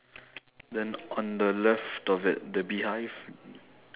then on the left of it the beehive